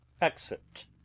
exit